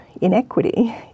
inequity